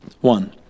One